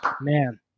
Man